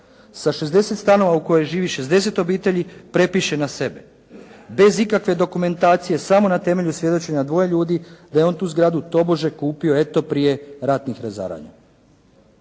sa 60 stanova u kojoj živi 60 obitelji prepiše na sebe bez ikakve dokumentacije samo na temelju svjedočenja dvoje ljudi, da je on tu zgradu tobože kupio eto prije ratnih razaranja.